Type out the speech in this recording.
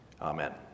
Amen